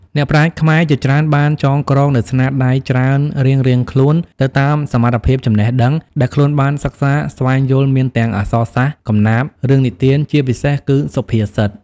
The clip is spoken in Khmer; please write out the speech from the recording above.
អ្នកប្រាជ្ញខ្មែរជាច្រើនបានចងក្រងនូវស្នាដៃច្រើនរៀងៗខ្លួនទៅតាមសមត្ថភាពចំណេះដឹង ដែលខ្លួនបានសិក្សាស្វែងយល់មានទាំងអក្សសាស្រ្ត កំណាព្យ រឿងនិទានជាពិសេសគឺសុភាសិត។